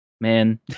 man